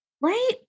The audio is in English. Right